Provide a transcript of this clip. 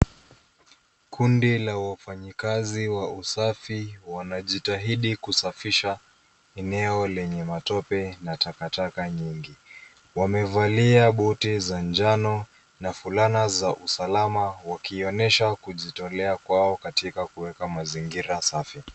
Kundi la wafanyikazi wa usafi wanajitahidi kusafisha eneo lenye matope na takataka nyingi. Wamevalia buti za njano na fulana za usalama wakionyesha kujitolea kwao katika kuweka mazingira safi.